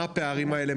מה הפערים האלה,